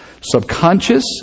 subconscious